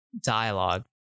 dialogue